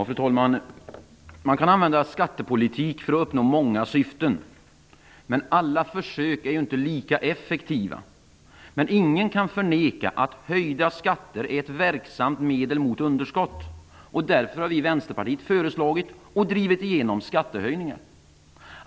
Fru talman! Man kan använda skattepolitik för att uppnå många syften. Men alla försök är inte lika effektiva. Ingen kan dock förneka att höja skatter är ett verksamt medel mot underskott. Därför har Vänsterpartiet föreslagit och drivit igenom skattehöjningar.